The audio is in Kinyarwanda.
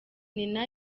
nina